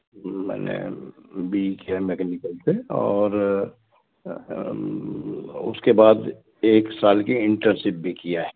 मैंने B E किया है मैकेनिकल्स से और उसके बाद एक साल की इनटर्नशिप भी किया है